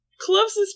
closest